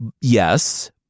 Yes